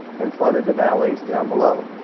and flooded the valleys down below.